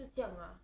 就这样 ah